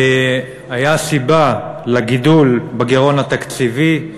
היה הסיבה לגידול בגירעון התקציבי,